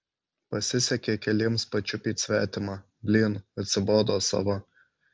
pasisekė keliems pačiupyt svetimą blyn atsibodo sava